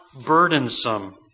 burdensome